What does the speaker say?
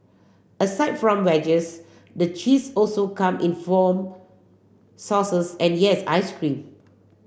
aside from wedges the cheese also come in foam sauces and yes ice cream